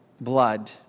blood